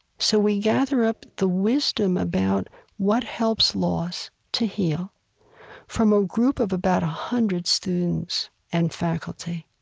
so we gather up the wisdom about what helps loss to heal from a group of about a hundred students and faculty,